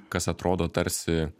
kas atrodo tarsi